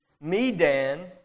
Medan